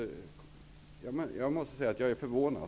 Jag måste säga att jag är förvånad.